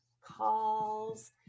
calls